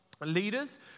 Leaders